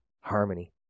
harmony